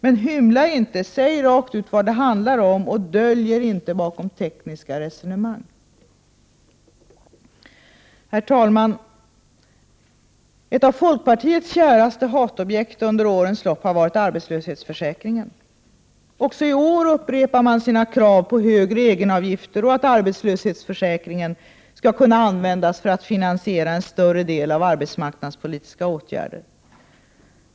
Men hymla inte! Säg rakt ut vad det är det handlar om! Dölj er inte bakom tekniska resonemang! Herr talman! Ett av folkpartiets käraste hatobjekt under årens lopp har varit arbetslöshetsförsäkringen. Också i år upprepar man sina krav på högre egenavgifter och att arbetslöshetsförsäkringen skall kunna användas för att finansiera en större del av de arbetsmarknadspolitiska åtgärderna.